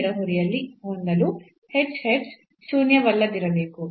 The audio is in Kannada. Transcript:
ನೆರೆಹೊರೆಯಲ್ಲಿ ಹೊಂದಲು h h ಶೂನ್ಯವಲ್ಲದಿರಬೇಕು